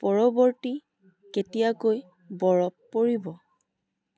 পৰৱৰ্তী কেতিয়াকৈ বৰফ পৰিব